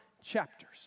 chapters